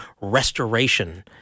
restoration